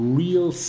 real